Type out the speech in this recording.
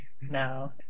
No